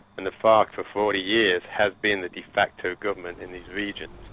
and the farc for forty years has been the de facto government in these regions.